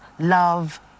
love